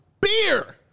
Beer